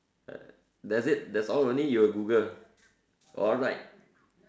uh that's it that's all only you will Google alright